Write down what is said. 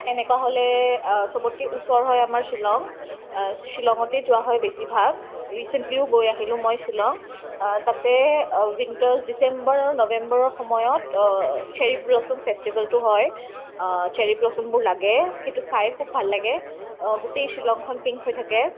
তেনেকুৱা হ'লে চবতকে ওচৰ হয় আমাৰ শ্বিলং শ্বিলঙতে যোৱা হয় বেছি ভাগ ৰিচেণ্টলীও গৈ আহিলো মই শ্বিলং তাতে উইন্টাৰ ডিচেম্বৰ নৱেম্বৰৰ সময়ত চেৰী ব্ল'ছম ফেষ্টিভেলটো হয় চেৰী ব্ল'ছমবোৰ লাগে চাই খুব ভাল লাগে গোটেই শ্বিলঙখন পিংক হৈ থাকে